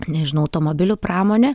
nežinau automobilių pramonė